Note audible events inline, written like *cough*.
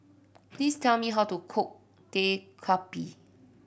please tell me how to cook *unintelligible*